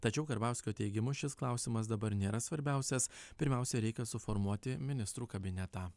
tačiau karbauskio teigimu šis klausimas dabar nėra svarbiausias pirmiausia reikia suformuoti ministrų kabinetą